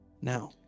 Now